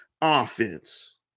offense